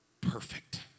perfect